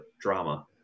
drama